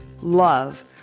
love